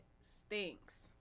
stinks